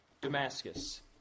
Damascus